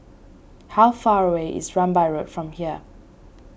how far away is Rambai Road from here